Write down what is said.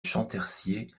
champtercier